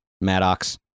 Maddox